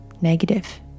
negative